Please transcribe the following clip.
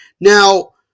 Now